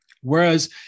Whereas